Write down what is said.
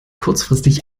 kurzfristig